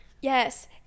yes